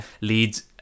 leads